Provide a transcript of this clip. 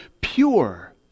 pure